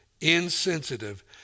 insensitive